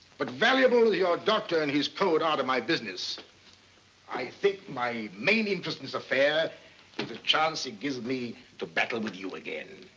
but valuable as your doctor and his code are to my business i think my main interest in this affair the chance it gives me to battle with you again.